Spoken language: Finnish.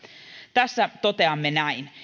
tässä toteamme näin